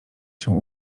się